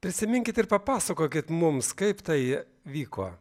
prisiminkit ir papasakokit mums kaip tai vyko